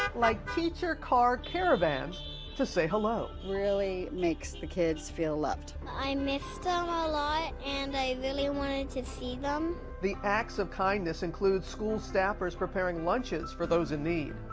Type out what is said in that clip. like teacher car caravan to say hello. really makes the kids feel loved. i missed them um ah a lot, and i really wanted to see them. the acts of kindness include school staffers preparing lunches for those in need.